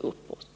uppåt.